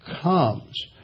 comes